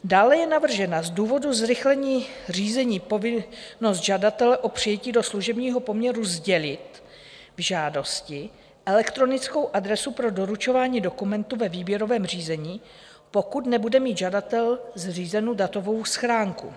Dále je navržena z důvodu zrychlení řízení povinnost žadatele o přijetí do služebního poměru sdělit v žádosti elektronickou adresu pro doručování dokumentů ve výběrovém řízení, pokud nebude mít žadatel zřízenu datovou schránku.